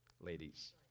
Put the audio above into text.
ladies